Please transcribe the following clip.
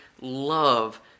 love